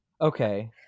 Okay